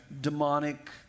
demonic